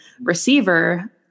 receiver